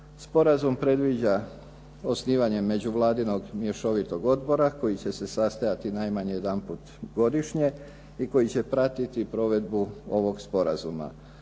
Sporazum predviđa osnivanje međuvladinog mješovitog odbora koji će se sastajati najmanje jedanput godišnje i koji će pratiti provedbu ovog sporazuma.